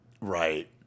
Right